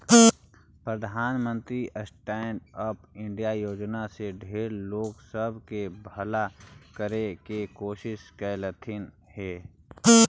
प्रधानमंत्री stand up India योजना से ढेर लोग सब के भला करे के कोशिश कयलथिन हे